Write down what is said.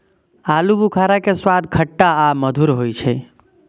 आलू बुखारा के स्वाद खट्टा आ मधुर होइ छै